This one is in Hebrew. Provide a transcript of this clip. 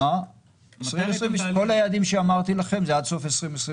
כל היעדים שאמרתי לכם זה עד סוף שנת